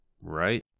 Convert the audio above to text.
Right